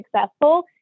successful